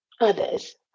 others